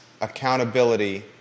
accountability